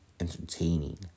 entertaining